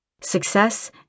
Success